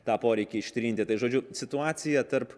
tą poreikį ištrinti tai žodžiu situacija tarp